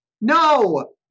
No